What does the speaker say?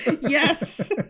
Yes